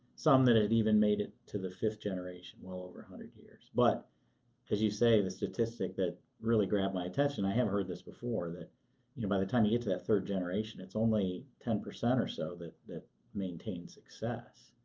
some that had even made it to the fifth generation, well over a hundred years. but as you say, the statistic that really grabbed my attention, i haven't heard this before, that you know by the time you get to that third generation, it's only ten percent or so that that maintained success.